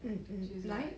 就是 like